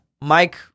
Mike